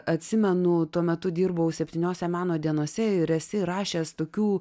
atsimenu tuo metu dirbau septyniose meno dienose ir esi rašęs tokių